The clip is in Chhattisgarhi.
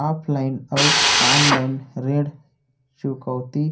ऑफलाइन अऊ ऑनलाइन ऋण चुकौती